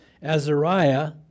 Azariah